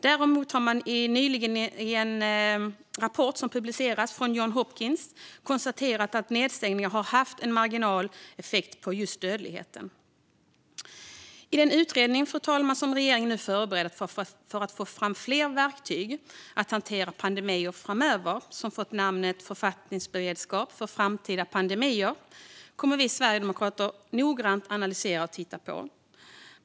Däremot har man i en nyligen publicerad rapport från Johns Hopkins konstaterat att nedstängningar har haft en marginell effekt på dödligheten. Fru talman! Den utredning som regeringen nu förbereder för att få fram fler verktyg för att hantera pandemier framöver, som fått namnet Författningsberedskap inför framtida pandemier, kommer vi sverigedemokrater att noggrant analysera och titta på.